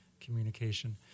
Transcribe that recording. communication